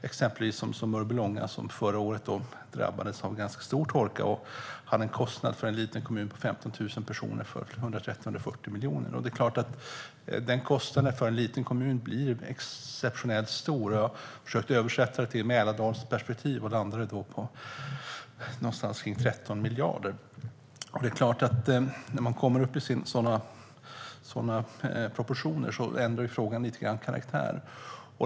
Exempelvis Mörbylånga, som är en liten kommun på 15 000 personer, drabbades förra året av ganska stor torka och hade en kostnad på 130-140 miljoner. Det är klart att den kostnaden blir exceptionellt stor för en liten kommun. Jag har försökt översätta det till ett Mälardalsperspektiv och landade då på någonstans runt 13 miljarder. När man kommer upp i sådana proportioner ändrar frågan karaktär lite grann.